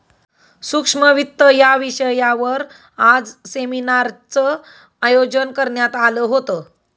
सूक्ष्म वित्त या विषयावर आज सेमिनारचं आयोजन करण्यात आलं होतं